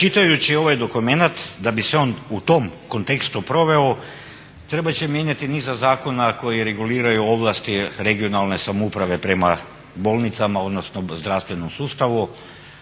čitajući ovaj dokument da bi se on u tom kontekstu proveo trebat će mijenjati niz zakona koji reguliraju ovlasti regionalne samouprave prema bolnicama, odnosno zdravstvenom sustavu